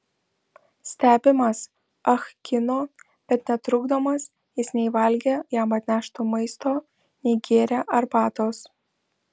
stebimas ah kino bet netrukdomas jis nei valgė jam atnešto maisto nei gėrė arbatos